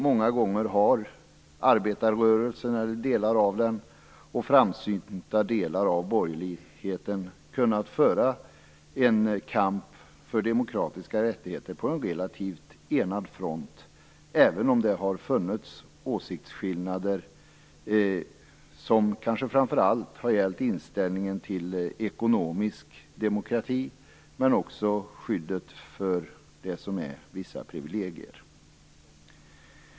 Många gånger har arbetarrörelsen, eller delar av den, och framsynta delar av borgerligheten kunnat föra en kamp för demokratiska rättigheter på en relativt enad front, även om det har funnits åsiktsskillnader som kanske framför allt har gällt inställningen till ekonomisk demokrati men också skyddet för vissa privilegier.